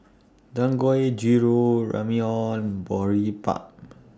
Dangoijiru Ramyeon and Boribap